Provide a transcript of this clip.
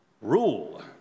rule